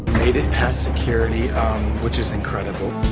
made it past security which is incredible.